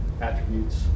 attributes